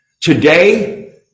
today